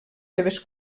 seves